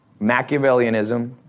Machiavellianism